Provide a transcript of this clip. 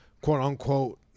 quote-unquote